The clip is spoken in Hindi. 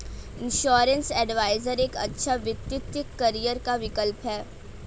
इंश्योरेंस एडवाइजर एक अच्छा वित्तीय करियर का विकल्प है